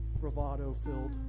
bravado-filled